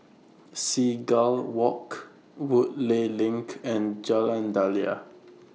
Seagull Walk Woodleigh LINK and Jalan Daliah